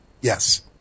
Yes